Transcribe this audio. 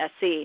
SC